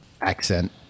accent